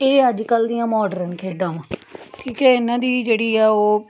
ਇਹ ਅੱਜ ਕੱਲ੍ਹ ਦੀਆਂ ਮੋਡਰਨ ਖੇਡਾਂ ਵਾ ਠੀਕ ਹੈ ਇਹਨਾਂ ਦੀ ਜਿਹੜੀ ਆ ਉਹ